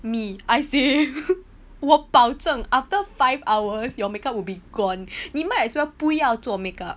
me I say 我保证 after five hours your make up will be gone you might as well 不要做 makeup